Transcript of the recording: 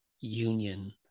union